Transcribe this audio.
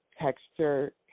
texture